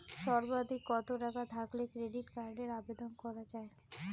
সর্বাধিক কত টাকা থাকলে ক্রেডিট কার্ডের আবেদন করা য়ায়?